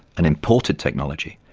an imported technology,